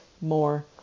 more